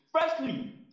Firstly